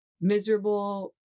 Miserable